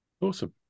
awesome